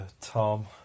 Tom